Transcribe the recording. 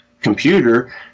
computer